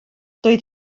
doedd